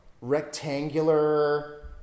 Rectangular